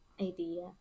idea